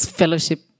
fellowship